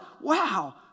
wow